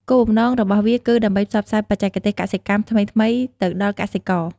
គោលបំណងរបស់វាគឺដើម្បីផ្សព្វផ្សាយបច្ចេកទេសកសិកម្មថ្មីៗទៅដល់កសិករ។